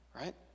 right